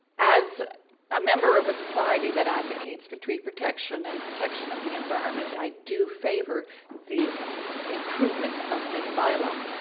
as a member of a society that advocates for tree protection and protection of the environment, i do favour the improvement of this by law.